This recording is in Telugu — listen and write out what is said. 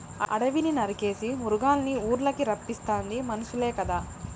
అడివిని నరికేసి మృగాల్నిఊర్లకి రప్పిస్తాది మనుసులే కదా